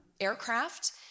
aircraft